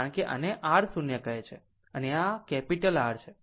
કારણ કે આને r 0 કહે છે અને આ R છે